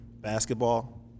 Basketball